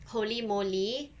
Holey Moley